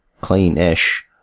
clean-ish